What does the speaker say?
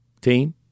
team